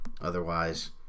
Otherwise